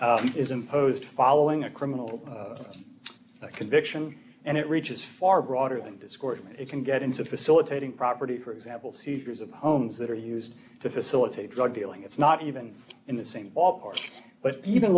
e is imposed following a criminal conviction and it reaches far broader than discourse it can get into facilitating property for example seizures of homes that are used to facilitate drug dealing it's not even in the same ballpark but even